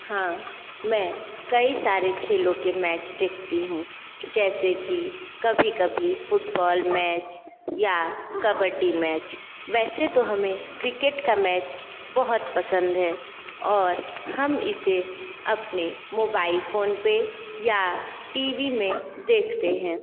हाँ मैं कई सारे खेलों के मैच देखती हूँ जैसे कि कभी कभी फुटबॉल मैच या कबड्डी मैच वैसे तो हमें क्रिकेट का मैच बहुत पसंद है और हम इसे अपने मोबाइल फ़ोनपे या टी वी में देखते हैं